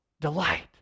delight